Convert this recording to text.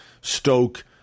Stoke